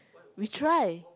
we try